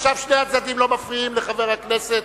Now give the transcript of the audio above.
עכשיו שני הצדדים לא מפריעים לחבר הכנסת,